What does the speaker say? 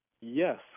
Yes